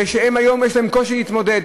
שהיום יש להם קושי להתמודד.